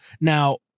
Now